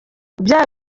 bya